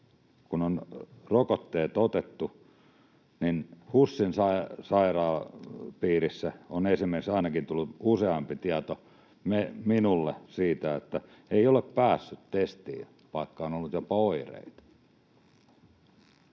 kun on rokotteet otettu, niin ainakin esimerkiksi HUSin sairaanhoitopiiristä on tullut useampikin tieto minulle siitä, että ei ole päässyt testiin, vaikka on ollut jopa oireita.